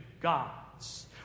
God's